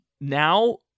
now